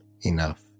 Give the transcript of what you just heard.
enough